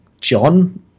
John